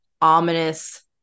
ominous